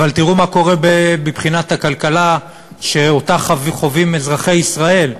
אבל תראו מה קורה בבחינת הכלכלה שאותה חווים אזרחי ישראל,